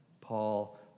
Paul